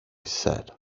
said